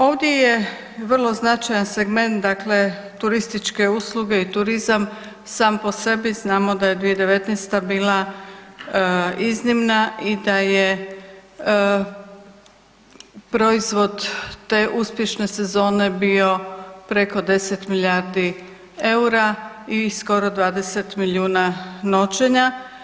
Ovdje je vrlo značajan segment dakle turističke usluge i turizam sam po sebi znamo da je 2019. bila iznimna i da je proizvod te uspješne sezone bio preko 10 milijardi EUR-a i skoro 20 milijuna noćenja.